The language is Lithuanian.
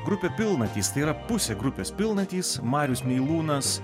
grupė pilnatys tai yra pusė grupės pilnatys marius meilūnas